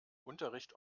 unterricht